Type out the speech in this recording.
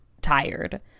tired